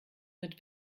mit